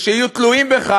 ושיהיו תלויים בך,